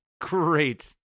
great